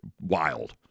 wild